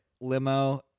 limo